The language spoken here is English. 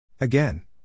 Again